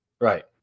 Right